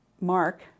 Mark